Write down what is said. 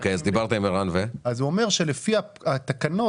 דיברתי עם ערן יעקב והוא אומר שלפי התקנות